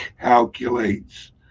calculates